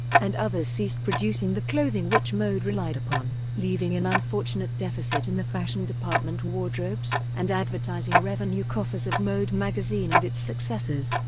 and others ceased producing the clothing which mode relied upon, leaving an unfortunate deficit in the fashion department wardrobes and advertising revenue coffers of mode magazine and its successors.